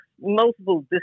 multiple